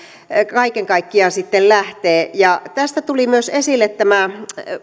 kaiken kaikkiaan sitten lähtee tässä tulivat myös esille